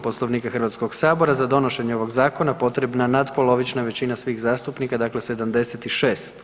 Poslovnika HS-a za donošenje ovog zakona potrebna natpolovična većina svih zastupnika, dakle 76.